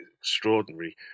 extraordinary